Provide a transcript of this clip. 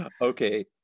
Okay